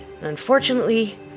Unfortunately